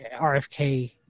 RFK